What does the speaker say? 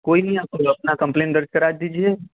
कोई नहीं आप अपना कंप्लेन दर्ज करा दीजिए